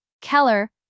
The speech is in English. Keller